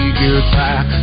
goodbye